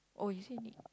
oh is it need